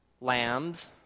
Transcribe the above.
lambs